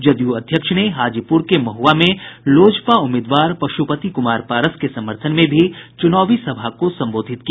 जदयू अध्यक्ष ने हाजीपूर के महुआ में लोजपा उम्मीदवार पशुपति कुमार पारस के समर्थन में भी चुनावी सभा को संबोधित किया